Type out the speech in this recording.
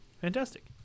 fantastic